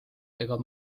ega